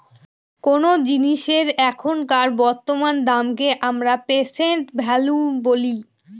কোনো জিনিসের এখনকার বর্তমান দামকে আমরা প্রেসেন্ট ভ্যালু বলি